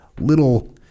little